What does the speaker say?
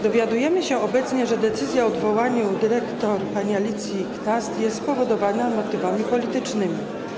Dowiadujemy się obecnie, że decyzja o odwołaniu pani dyrektor Alicji Knast jest spowodowana motywami politycznymi.